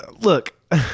Look